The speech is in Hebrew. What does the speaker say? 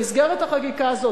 במסגרת החקיקה הזאת,